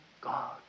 God